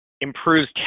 improves